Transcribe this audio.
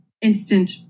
instant